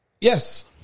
Yes